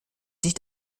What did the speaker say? nicht